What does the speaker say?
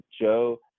Joe